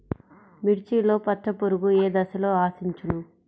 మిర్చిలో పచ్చ పురుగు ఏ దశలో ఆశించును?